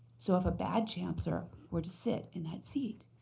so if a bad chancellor were sit in that seat,